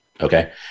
Okay